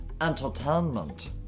entertainment